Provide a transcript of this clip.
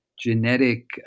genetic